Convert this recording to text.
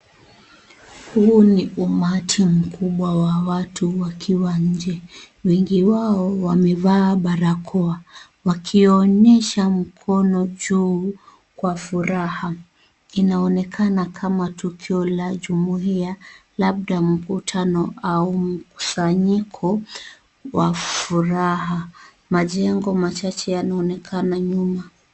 Huu ni umati mkubwa wa watu wakiwa nje. Wengi wao wamevaa barakoa wakionyesha mkono juu kwa furaha. Inaonekana kama tukio la jumuia labda mkutano au mkusanyiko wa furaha. Majengo machache yanaonekana nyuma.